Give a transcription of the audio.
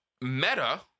Meta